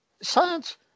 science